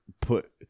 put